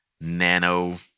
nano –